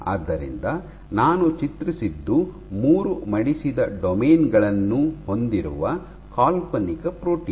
ಆದ್ದರಿಂದ ನಾನು ಚಿತ್ರಿಸಿದ್ದು ಮೂರು ಮಡಿಸಿದ ಡೊಮೇನ್ ಗಳನ್ನು ಹೊಂದಿರುವ ಕಾಲ್ಪನಿಕ ಪ್ರೋಟೀನ್